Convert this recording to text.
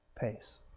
pace